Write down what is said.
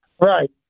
right